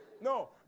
no